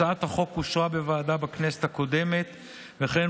הצעת החוק אושרה בוועדה בכנסת הקודמת וכן